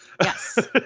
Yes